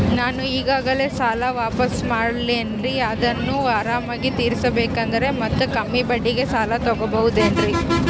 ನಾನು ಈಗಾಗಲೇ ಸಾಲ ವಾಪಾಸ್ಸು ಮಾಡಿನಲ್ರಿ ಅದನ್ನು ಆರಾಮಾಗಿ ತೇರಿಸಬೇಕಂದರೆ ಮತ್ತ ಕಮ್ಮಿ ಬಡ್ಡಿಗೆ ಸಾಲ ತಗೋಬಹುದೇನ್ರಿ?